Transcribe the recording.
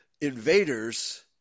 invaders